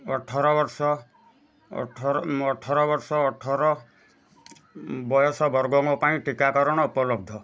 ଅଠର ବର୍ଷ ଅଠର ବର୍ଷ ଅଠର ବୟସ ବର୍ଗ ଙ୍କ ପାଇଁ ଟୀକାକରଣ ଉପଲବ୍ଧ